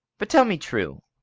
but tell me true,